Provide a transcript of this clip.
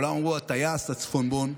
כולם אמרו הטייס הצפונבון,